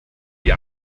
die